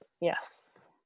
Yes